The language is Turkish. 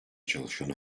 çalışanı